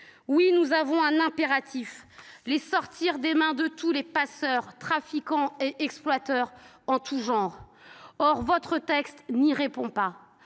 Oui, nous avons un impératif : les sortir des mains de tous les passeurs, trafiquants et exploiteurs en tout genre. Or votre texte n’apporte pas